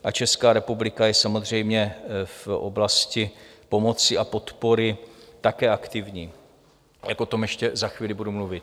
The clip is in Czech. A Česká republika je samozřejmě v oblasti pomoci a podpory také aktivní, jak o tom ještě za chvíli budu mluvit.